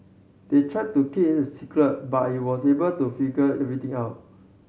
they tried to keep it a secret but he was able to figure everything out